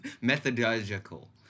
Methodological